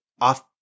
off